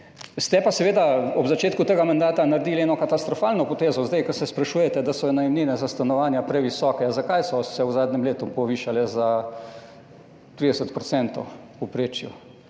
Ste pa seveda ob začetku tega mandata naredili eno katastrofalno potezo, zdaj, ko se sprašujete, da so najemnine za stanovanja previsoke. Zakaj so se v zadnjem letu povišale v povprečju